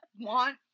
want